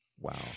Wow